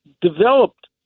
developed